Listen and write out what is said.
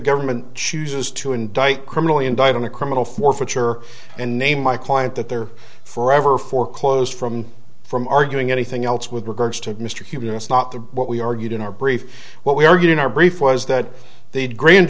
government chooses to indict criminally indict on a criminal forfeiture and name my client that they're forever for clothes from from arguing anything else with regards to mr cuban it's not the what we argued in our brief what we are getting our brief was that the grand